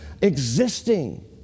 existing